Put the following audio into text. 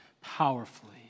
powerfully